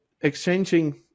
exchanging